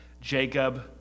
Jacob